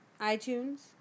iTunes